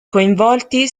coinvolti